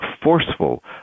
forceful